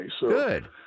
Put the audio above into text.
Good